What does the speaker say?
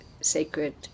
sacred